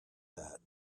that